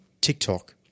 TikTok